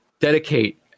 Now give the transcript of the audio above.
dedicate